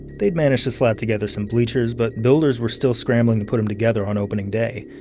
they'd managed to slap together some bleachers, but builders were still scrambling to put em together on opening day.